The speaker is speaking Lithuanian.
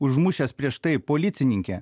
užmušęs prieš tai policininkę